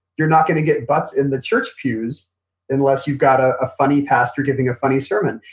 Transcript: you're not going to get butts in the church pews unless you got ah a funny pastor giving a funny sermon.